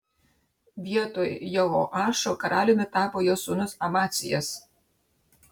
vietoj jehoašo karaliumi tapo jo sūnus amacijas